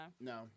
No